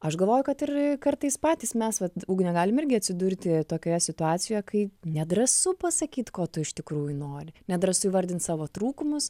aš galvoju kad ir kartais patys mes vat ugne galim irgi atsidurti tokioje situacijoje kai nedrąsu pasakyt ko tu iš tikrųjų nori nedrąsu įvardint savo trūkumus